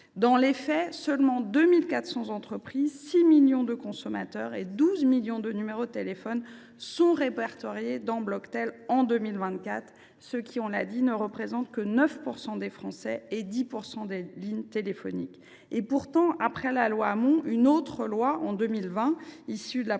Dans les faits, seulement 2 400 entreprises, 6 millions de consommateurs et 12 millions de numéros de téléphone y sont répertoriés en 2024, ce qui ne représente que 9 % des Français et 10 % des lignes téléphoniques. Après la loi Hamon, un autre texte, issu de la